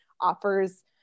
offers